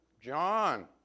John